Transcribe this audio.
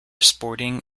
sporting